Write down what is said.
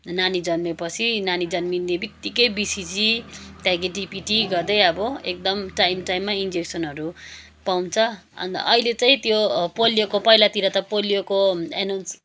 नानी जन्मेपछि नानी जन्मिनेबित्तिकै बिसिजी त्यहाँदेखि टिभिटी गर्दै अब एकदम टाइम टाइममा इन्जेक्सनहरू पाउँछ अन्त अहिले चाहिँ त्यो पोलियोको पहिलातिर त पोलियोको एनाउन्स